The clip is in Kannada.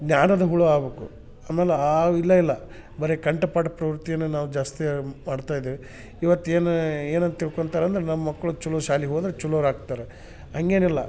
ಜ್ಞಾನದ ಹುಳು ಆಗ್ಬಕು ಆಮೇಲೆ ಆವ್ ಇಲ್ಲ ಇಲ್ಲ ಬರೇ ಕಂಠಪಾಠ ಪ್ರವೃತ್ತಿಯನ್ನು ನಾವು ಜಾಸ್ತಿಯಾಗಿ ಮಾಡ್ತಾಯಿದ್ದೇವೆ ಇವತ್ತು ಏನ ಏನಂತ ತಿಳ್ಕೊಳ್ತಾರೆ ಅಂದ್ರೆ ನಮ್ಮ ಮಕ್ಕಳು ಚಲೋ ಶಾಲಿಗೆ ಹೋದ್ರೆ ಚಲೋರ ಆಗ್ತಾರ ಹಂಗೇನಿಲ್ಲ